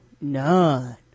None